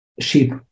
sheep